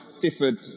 differed